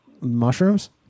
mushrooms